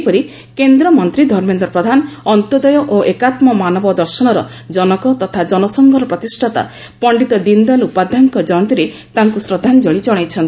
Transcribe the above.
ସେହିପରି କେନ୍ଦ୍ରମନ୍ତୀ ଧର୍ମେନ୍ଦ ପ୍ରଧାନ ଅନ୍ତ୍ୟୋଦୟ ଓ ଏକାତୂ ମାନବଦର୍ଶନର ଜନକ ତଥା ଜନସଂଘର ପ୍ରତିଷାତା ପଶ୍ତିତ ଦୀନଦୟାଲ ଉପାଧ୍ୟାୟଙ୍କ ଜୟନ୍ତୀରେ ତାଙ୍କୁ ଶ୍ରଦ୍ଧାଞ୍ଞଳି ଜଣାଇଛନ୍ତି